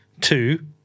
two